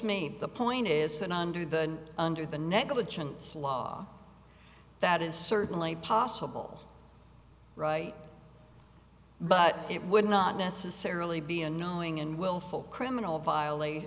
me the point is that under the under the negligence law that is certainly possible right but it would not necessarily be a knowing and willful criminal violation